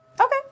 Okay